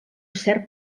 cert